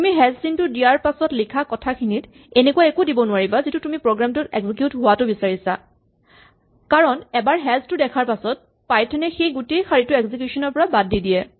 তুমি হেজ চিনটো দিয়াৰ পাছত লিখা কথাখিনিত এনেকুৱা একো দিব নোৱাৰিবা যিটো তুমি প্ৰগ্ৰেম টোত এক্সিকিউট হোৱাটো বিচাৰিছা কাৰণ এবাৰ হেজ টো দেখাৰ পাছত পাইথন এ সেই গোটেই শাৰীটো এক্সিকিউচন ৰ পৰা বাদ দি দিয়ে